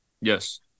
Yes